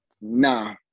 Nah